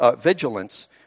vigilance